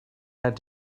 had